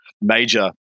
major